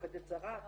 עובדת זרה,